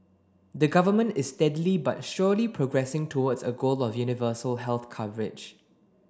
the government is steadily but surely progressing towards a goal of universal health coverage